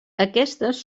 aquestes